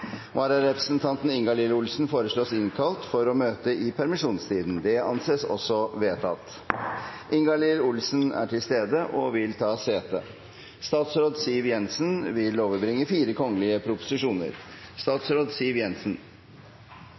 Vararepresentanten, Ingalill Olsen, innkalles for å møte i permisjonstiden. Ingalill Olsen er til stede og vil ta sete. Representanten Tove Karoline Knutsen vil